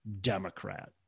Democrat